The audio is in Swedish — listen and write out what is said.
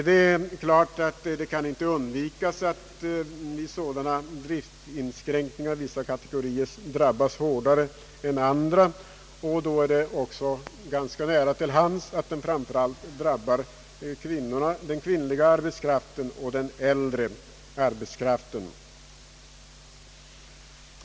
Det kan inte undvikas att vid sådana driftsinskränkningar vissa kategorier drabbas hårdare än andra, och då är det nära till hands att de framför allt drabbar den kvinnliga arbetskraften och den äldre arbetskraften.